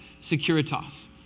securitas